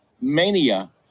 mania